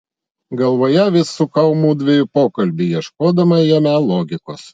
galvoje vis sukau mudviejų pokalbį ieškodama jame logikos